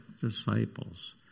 disciples